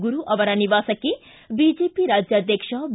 ಗುರು ಅವರ ನಿವಾಸಕ್ಕೆ ಬಿಜೆಪಿ ರಾಜ್ಕಾಧ್ಯಕ್ಷ ಬಿ